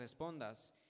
respondas